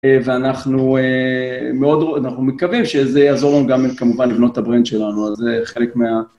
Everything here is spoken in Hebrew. ואנחנו מאוד, אנחנו מקווים שזה יעזור לנו גם כמובן לבנות את הברנד שלנו, אז זה חלק מה...